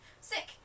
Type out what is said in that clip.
Sick